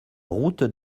route